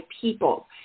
people